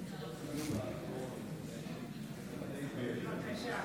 לוועדת הכספים נתקבלה.